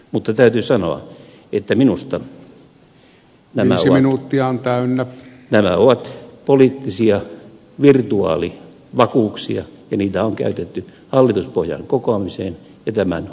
mutta täytyy sanoa että minusta nämä silloin lupia on täynnä ja ne ovat poliittisia virtuaalivakuuksia ja niitä on käytetty hallituspohjan kokoamiseen ja tämän ohjelman kirjoittamiseen